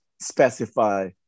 specify